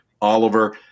Oliver